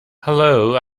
hullo